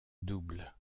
double